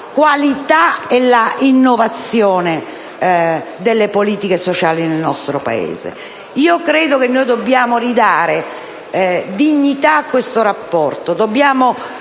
qualità e l'innovazione delle politiche sociali nel nostro Paese. Credo che dobbiamo ridare dignità a questo rapporto,